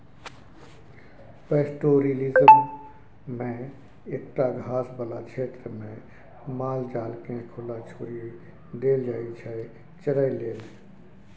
pastoralism मे एकटा घास बला क्षेत्रमे माल जालकेँ खुला छोरि देल जाइ छै चरय लेल